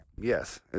Yes